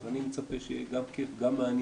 אז אני מצפה שיהיה גם כיף, גם מעניין.